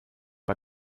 bei